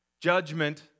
Judgment